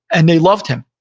and they loved him.